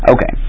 Okay